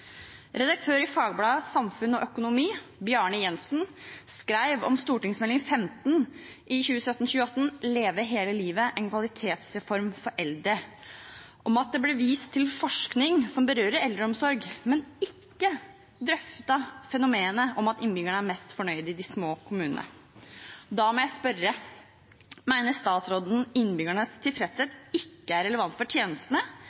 Redaktør i Fagbladet samfunn og økonomi, Bjarne Jensen, skrev om Meld. St. 15 for 2017–2018, Leve hele livet – En kvalitetsreform for eldre, at det ble vist til forskning som berører eldreomsorg, men ikke drøftet fenomenet om at innbyggerne er mest fornøyd i de små kommunene. Da må jeg spørre: Mener statsråden innbyggernes tilfredshet ikke er relevant for tjenestene,